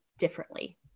differently